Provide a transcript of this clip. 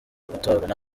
guturana